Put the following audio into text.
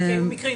כי היו מקרים.